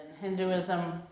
Hinduism